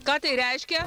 ką tai reiškia